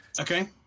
Okay